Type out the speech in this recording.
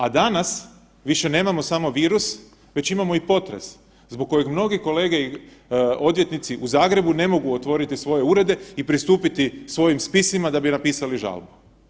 A danas više nemamo samo virus već imamo i potres zbog kojeg mnogi kolege odvjetnici u Zagrebu ne mogu otvoriti svoje urede i pristupiti svojim spisima da bi napisali žalbu.